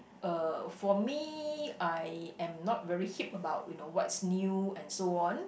uh for me I am not very hip about you know what is new and so on